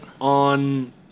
on